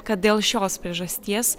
kad dėl šios priežasties